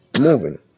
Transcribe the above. moving